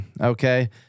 Okay